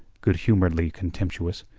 good-humouredly contemptuous.